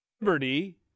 liberty